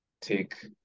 take